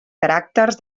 caràcters